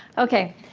ok.